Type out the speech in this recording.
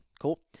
Cool